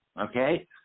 Okay